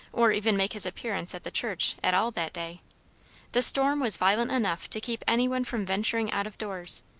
or even make his appearance at the church at all that day the storm was violent enough to keep any one from venturing out of doors,